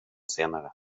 senare